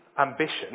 ambition